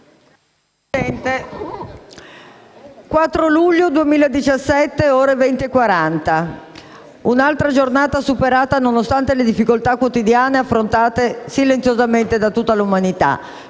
4 luglio 2017, ore 20,40 di un'altra giornata superata nonostante le difficoltà quotidiane affrontate silenziosamente da tutta l'umanità: